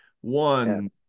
one